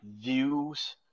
views